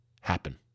happen